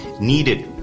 needed